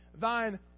thine